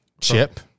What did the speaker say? Chip